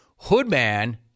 Hoodman